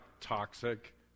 toxic